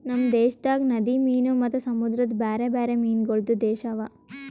ನಮ್ ದೇಶದಾಗ್ ನದಿ ಮೀನು ಮತ್ತ ಸಮುದ್ರದ ಬ್ಯಾರೆ ಬ್ಯಾರೆ ಮೀನಗೊಳ್ದು ದೇಶ ಅದಾ